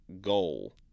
goal